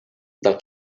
del